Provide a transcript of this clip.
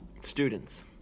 Students